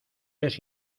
les